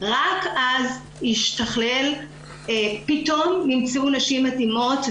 רק אז פתאום נמצאו נשים מתאימות,